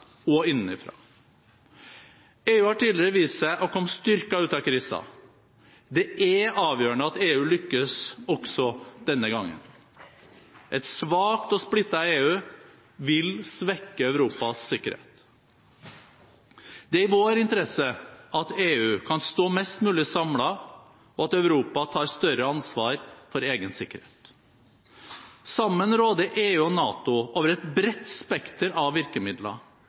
og innenfra. EU har tidligere vist seg å komme styrket ut av kriser. Det er avgjørende at EU lykkes også denne gangen. Et svakt og splittet EU vil svekke Europas sikkerhet. Det er i vår interesse at EU kan stå mest mulig samlet, og at Europa tar større ansvar for egen sikkerhet. Sammen råder EU og NATO over et bredt spekter av